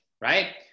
right